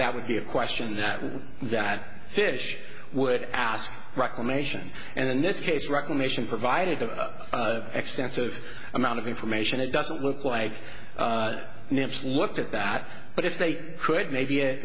that would be a question that that fish would ask reclamation and in this case reclamation provided a extensive amount of information it doesn't look like nips looked at that but if they could maybe it